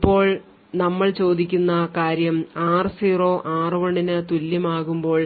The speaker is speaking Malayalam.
ഇപ്പോൾ നമ്മൾ ചോദിക്കുന്ന കാര്യം r0 r1 ന് തുല്യമാകുമ്പോൾ